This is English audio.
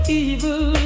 evil